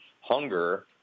hunger